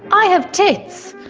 i have tits!